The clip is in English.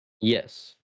Yes